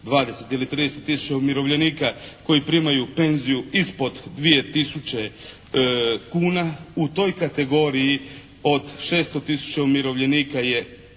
20 i li 30 tisuća umirovljenika koji primaju penziju ispod 2 tisuće kuna. U toj kategoriji od 600 tisuća umirovljenika je